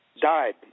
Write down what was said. died